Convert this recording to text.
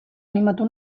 animatu